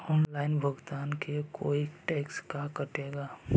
Online भुगतान करे को कोई टैक्स का कटेगा?